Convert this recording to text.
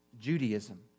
Judaism